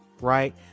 right